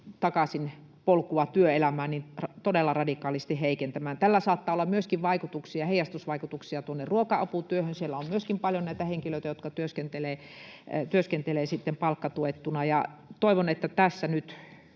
takaisin polkua työelämään. Tällä saattaa olla myöskin heijastusvaikutuksia ruoka-aputyöhön. Siellä on myöskin paljon näitä henkilöitä, jotka työskentelevät palkkatuettuna. Toivon, että tässä nyt